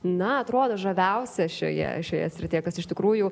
na atrodo žaviausia šioje šioje srityje kas iš tikrųjų